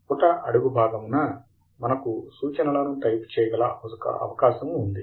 పుట అడుగు భాగమున మనకు సూచనలను టైప్ చేయగల అవకాశము ఉంది